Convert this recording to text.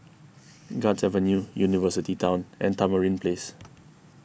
Guards Avenue University Town and Tamarind Place